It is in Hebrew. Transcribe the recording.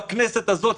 בכנסת הזאת,